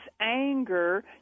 anger